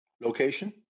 location